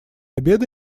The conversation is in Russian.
обеда